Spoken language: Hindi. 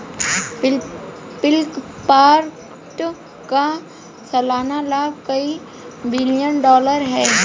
फ्लिपकार्ट का सालाना लाभ कई बिलियन डॉलर है